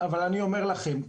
אבל אני אומר לכם,